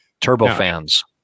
turbofans